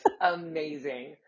amazing